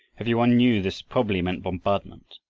every one knew this probably meant bombardment,